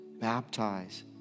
baptize